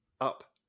up